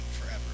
forever